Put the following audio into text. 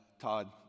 Todd